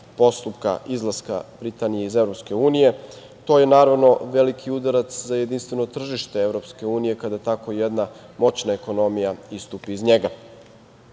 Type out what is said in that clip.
postupka izlaska Britanije iz EU. To je naravno veliki udarac za jedinstveno tržište EU, kada tako jedna moćna ekonomija istupi iz